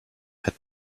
had